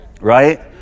Right